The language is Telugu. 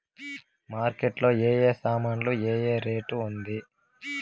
మార్కెట్ లో ఏ ఏ సామాన్లు ఏ ఏ రేటు ఉంది?